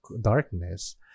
darkness